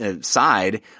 side